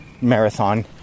marathon